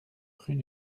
rue